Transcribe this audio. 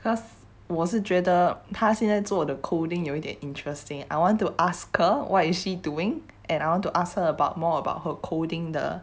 cause 我是觉得他现在做的 coding 有一点 interesting I want to ask her what is she doing and I want to ask her about more about her coding the